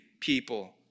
people